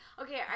okay